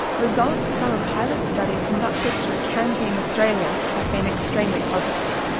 results from a pilot study conducted through canteen australia have been extremely positive.